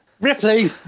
Ripley